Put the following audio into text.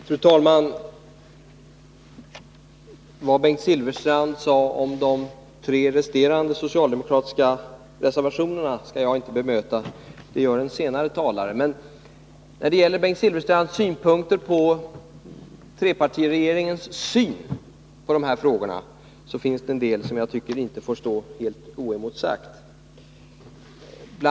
Fru talman! Vad Bengt Silfverstrand sade om de tre resterande socialdemokratiska reservationerna skall jag inte bemöta — det kommer en senare talare att göra. När det gäller Bengt Silfverstrands synpunkter på trepartiregeringens syn på de här frågorna finns det en del som jag tycker inte får stå helt oemotsagt. Bl.